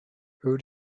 who